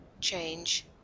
change